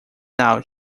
now